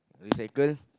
recycle